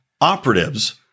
operatives